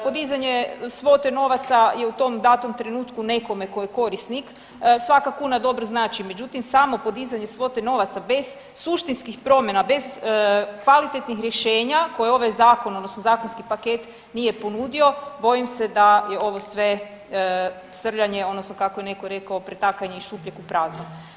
Podizanje svote novaca je u tom datom trenutku nekome tko je korisnik svaka kuna dobro znači, međutim samo podizanje svote novaca bez suštinskih promjena, bez kvalitetnih rješenja koje ovaj zakon, odnosno zakonski paket nije ponudio bojim se da je ovo sve srljanje, odnosno kako je netko rekao pretakanje iz šupljeg u prazno.